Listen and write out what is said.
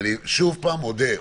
אני שוב פעם מודה לכם.